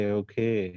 okay